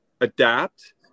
adapt